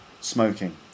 smoking